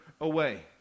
away